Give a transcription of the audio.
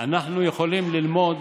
אנחנו יכולים ללמוד